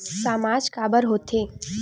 सामाज काबर हो थे?